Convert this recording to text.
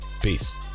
Peace